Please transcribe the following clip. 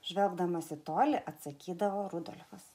žvelgdamas į tolį atsakydavo rudolfas